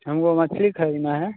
हमको मछली खरीदना है